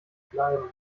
bleiben